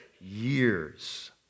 years